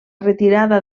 retirada